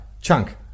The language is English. Chunk